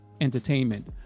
entertainment